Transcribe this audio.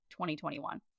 2021